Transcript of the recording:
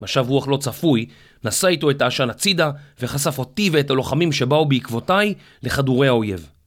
משב רוח לא צפוי, נשא איתו את העשן הצידה, וחשף אותי ואת הלוחמים שבאו בעקבותיי לכדורי האויב.